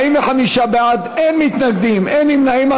45 בעד, אין מתנגדים, אין נמנעים.